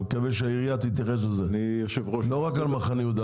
אני מקווה שהעירייה תתייחס לזה - לא רק למחנה יהודה.